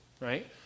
Right